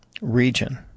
region